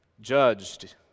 judged